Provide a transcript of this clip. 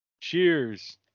Cheers